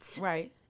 Right